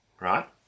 Right